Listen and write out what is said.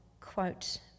quote